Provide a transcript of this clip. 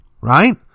right